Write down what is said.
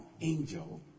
angel